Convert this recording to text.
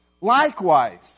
Likewise